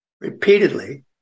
repeatedly